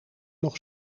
nog